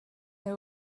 they